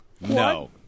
no